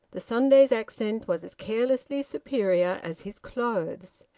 the sunday's accent was as carelessly superior as his clothes.